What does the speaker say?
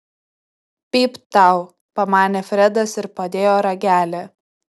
pypt tau pamanė fredas ir padėjo ragelį